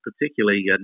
particularly